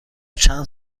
چند